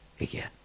again